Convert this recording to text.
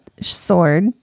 sword